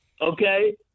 Okay